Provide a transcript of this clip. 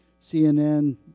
CNN